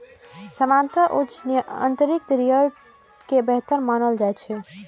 सामान्यतः उच्च आंतरिक रिटर्न दर कें बेहतर मानल जाइ छै